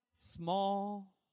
small